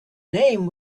name